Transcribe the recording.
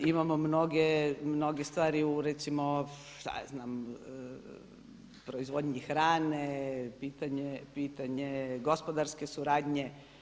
Imamo mnoge stvari u recimo šta ja znam proizvodnji hrane, pitanje gospodarske suradnje.